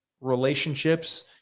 relationships